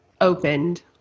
opened